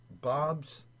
Bob's